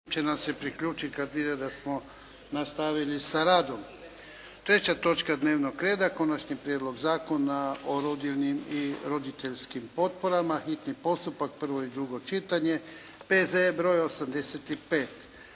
će nam se priključiti kad vide da smo nastavili sa radom. Treća točka dnevnog reda - Konačni prijedlog zakona o rodiljnim i roditeljskim potporama, hitni postupak, prvo i drugo čitanje, P.Z.E. br. 85